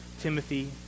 Timothy